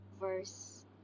verse